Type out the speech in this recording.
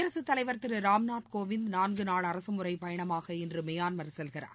குடியரசுத் தலைவர் திரு ராம் நாத் கோவிந்த் நான்கு நாள் அரசமுறை பயணமாக இன்று மியான்மர் செல்கிறார்